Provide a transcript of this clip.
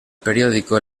periódico